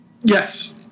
Yes